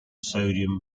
sodium